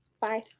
bye